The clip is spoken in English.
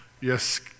Yes